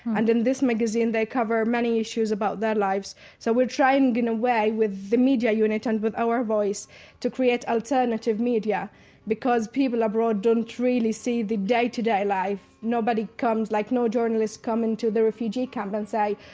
and in this magazine they cover many issues about their lives. so we're trying and in a way with the media unit and with our voice to create alternative media media because people abroad don't really see the day-to-day life. nobody comes like no journalists come into the refugee camp and say,